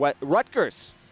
Rutgers